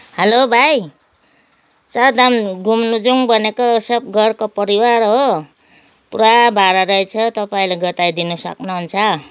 hello भाइ चारधाम घुम्न जाउँ भनेको सब घरको परिवार हो पुरा भाडा रहेछ तपाईँले घटाइदिन सक्नुहुन्छ